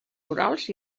orals